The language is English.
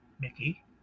Mickey